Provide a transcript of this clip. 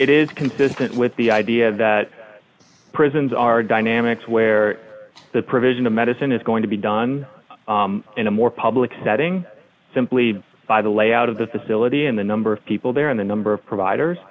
it is consistent with the idea that prisons are dynamic where the provision of medicine is going to be done in a more public setting simply by the layout of the facility and the number of people there and the number of providers